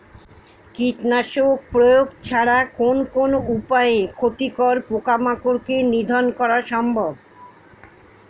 কীটনাশক প্রয়োগ ছাড়া কোন কোন উপায়ে ক্ষতিকর পোকামাকড় কে নিধন করা সম্ভব?